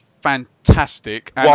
fantastic